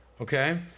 Okay